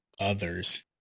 others